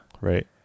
right